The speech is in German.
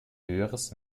höheres